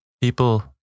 people